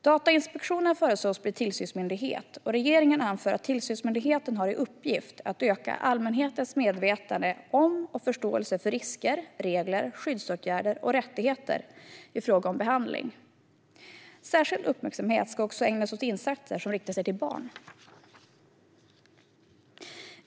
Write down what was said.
Datainspektionen föreslås bli tillsynsmyndighet, och regeringen anför att tillsynsmyndigheten har i uppgift att öka allmänhetens medvetenhet om och förståelse för risker, regler, skyddsåtgärder och rättigheter i fråga om behandling. Särskild uppmärksamhet ska ägnas åt insatser som riktar sig till barn.